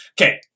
Okay